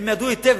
הם ידעו היטב.